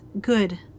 good